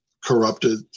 corrupted